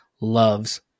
loves